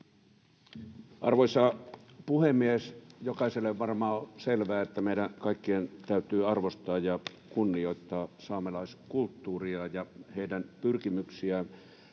Arvoisa puhemies! Jokaiselle varmaan on selvää, että meidän kaikkien täytyy arvostaa ja kunnioittaa saamelaisten kulttuuria ja heidän pyrkimyksiään.